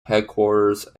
headquarters